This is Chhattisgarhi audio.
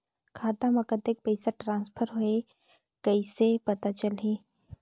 खाता म कतेक पइसा ट्रांसफर होईस कइसे पता चलही?